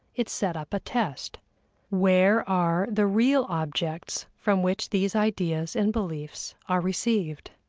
it set up a test where are the real objects from which these ideas and beliefs are received?